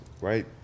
right